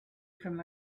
from